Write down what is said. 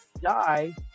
die